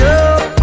up